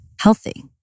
healthy